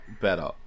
better